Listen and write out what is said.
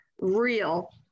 real